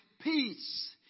peace